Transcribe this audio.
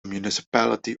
municipality